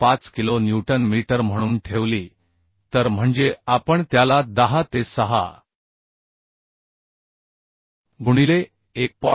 35 kilo newton metre म्हणून ठेवली तर म्हणजे आपण त्याला 10 ते 6 गुणिले 1